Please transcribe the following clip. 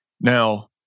Now